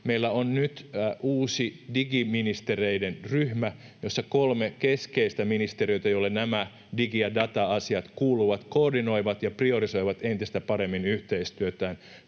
Meillä on nyt uusi digiministereiden ryhmä, jossa kolme keskeistä ministeriötä, joille nämä digi- ja data-asiat kuuluvat, koordinoivat ja priorisoivat entistä paremmin yhteistyötään.